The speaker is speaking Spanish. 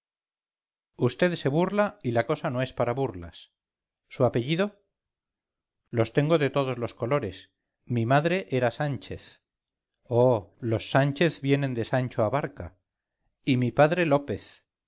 vd se burla y la cosa no es para burlas su apellido los tengo de todos los colores mi madre era sánchez oh los sánchez vienen de sancho abarca y mi padre lópez